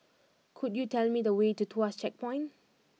could you tell me the way to Tuas Checkpoint